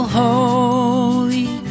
holy